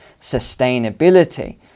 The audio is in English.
sustainability